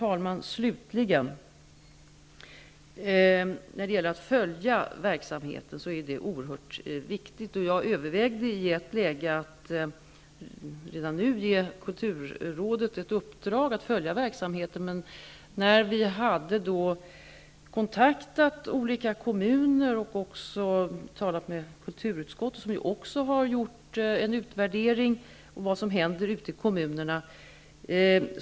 Jag vill slutligen säga att det är oerhört vikigt att följa verksamheten. Jag övervägde i ett läge att redan nu ge kulturrådet i uppdrag att följa verksamheten på detta område. Vi har kontaktat olika kommuner och även talat med kulturutskottet, som ju också har gjort en utvärdering, om vad som händer ute i kommunerna.